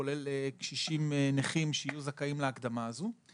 כולל קשישים נכים שיהיו זכאים להקדמה הזו.